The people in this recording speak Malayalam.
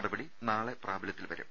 നടപടി നാളെ പ്രാബലൃത്തിൽ വരും